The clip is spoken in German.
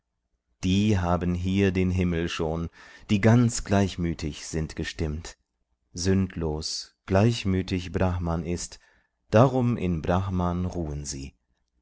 die haben hier den himmel schon die ganz gleichmütig sind gestimmt sündlos gleichmütig brahman ist darum in brahman ruhen sie